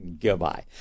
Goodbye